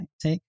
take